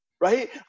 Right